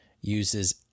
uses